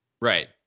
Right